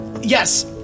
Yes